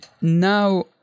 Now